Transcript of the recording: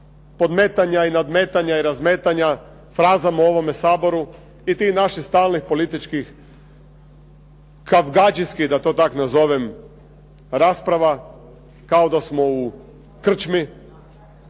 podmetanja, nadmetanja i razmetanja frazama u ovome Saboru i tih naših stalnih političkih kavgadžijskih, da to tako nazovem rasprava, kao da smo u krčmi.